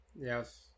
yes